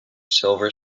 silver